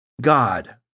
God